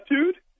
attitude